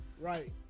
Right